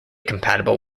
compatible